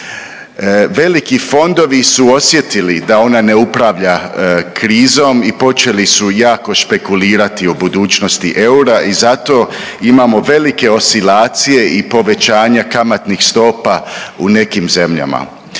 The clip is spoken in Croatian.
Veliki fondovi su osjetili da ona ne upravlja krizom i počeli su jako špekulirati o budućnosti eura i zato imamo velike oscilacije i povećanje kamatnih stopa u nekim zemljama.